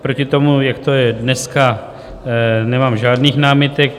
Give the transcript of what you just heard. Proti tomu, jak to je dneska, nemám žádných námitek.